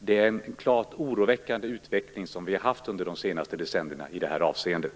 Vi har under de senaste decennierna haft en klart oroväckande utveckling i det här avseendet.